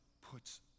puts